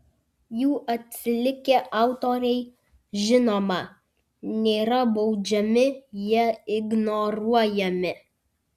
jų atsilikę autoriai žinoma nėra baudžiami jie ignoruojami